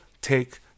take